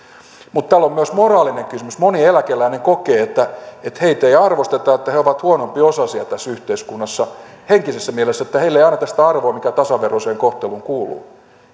mutta tämä on myös moraalinen kysymys moni eläkeläinen kokee että heitä ei arvosteta ja että he ovat huonompiosaisia tässä yhteiskunnassa henkisessä mielessä että heille ei anneta sitä arvoa mikä tasaveroiseen kohteluun kuuluu